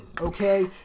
okay